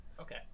Okay